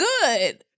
good